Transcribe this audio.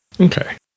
Okay